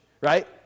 Right